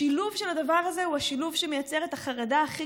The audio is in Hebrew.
השילוב של הדבר הזה הוא השילוב שמייצר את החרדה הכי